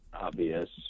obvious